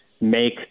make –